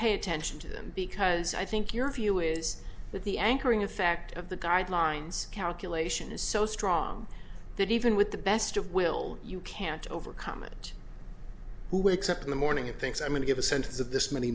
pay attention to them because i think your view is that the anchoring effect of the guidelines calculation is so strong that even with the best of will you can't overcome it who wakes up in the morning and thinks i'm going to get a sentence of this many